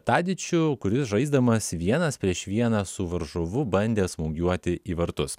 tadičių kuris žaisdamas vienas prieš vieną su varžovu bandė smūgiuoti į vartus